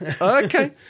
Okay